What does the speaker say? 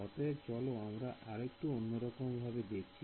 অতএব চলো আমরা একটু অন্যরকম ভাবে দেখি